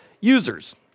users